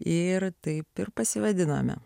ir taip ir pasivadinome